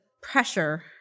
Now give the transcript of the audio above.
pressure